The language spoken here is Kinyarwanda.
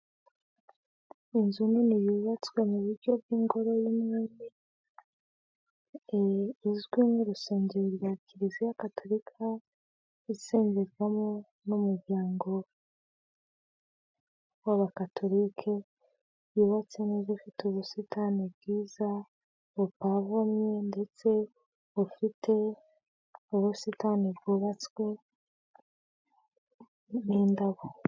Inzu nini yubatswe mu buryo bw'ingoro y'umwami, izwi n'urusengero rwa kiliziya gatolika, isengerwamo n'umuryango w'abakatolike, yubatse neza ifite ubusitani bwiza bupavomye ndetse bufite n'ubusitani bwubatswe n'indabo.